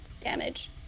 damage